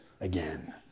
again